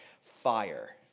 fire